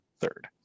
third